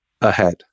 ahead